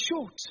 short